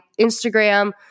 Instagram